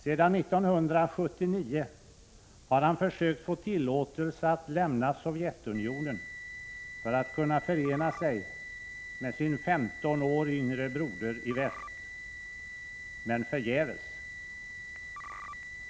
Sedan 1979 har han försökt få tillåtelse att lämna Sovjetunionen för att kunna förena sig med sin 15 år yngre broder i väst. Men förgäves.